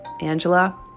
Angela